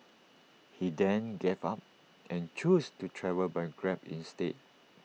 he then gave up and chose to travel by grab instead